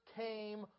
came